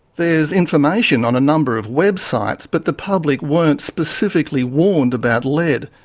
there's information on a number of websites, but the public weren't specifically warned about lead,